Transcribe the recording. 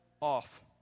off